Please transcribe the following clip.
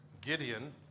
Gideon